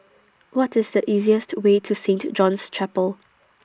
What IS The easiest Way to Saint John's Chapel